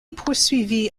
poursuivit